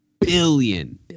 billion